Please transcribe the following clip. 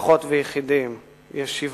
משפחות ויחידים, ישיבות,